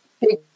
big